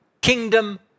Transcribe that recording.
kingdom